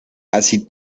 así